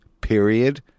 Period